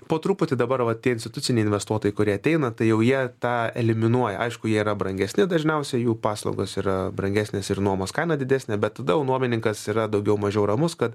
po truputį dabar vat tie instituciniai investuotojai kurie ateina tai jau jie tą eliminuoja aišku jie yra brangesni dažniausiai jų paslaugos yra brangesnės ir nuomos kaina didesnė bet tada jau nuomininkas yra daugiau mažiau ramus kad